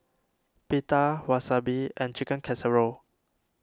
Pita Wasabi and Chicken Casserole